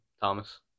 Thomas